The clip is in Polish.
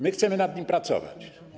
My chcemy nad nim pracować.